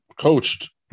coached